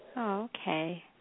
Okay